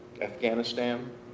Afghanistan